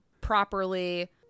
properly